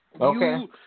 Okay